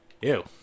Ew